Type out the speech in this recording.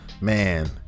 man